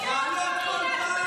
הטייסים הם הבעיה.